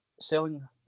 selling